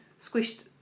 squished